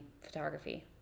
photography